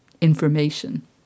information